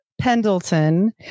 Pendleton